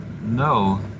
No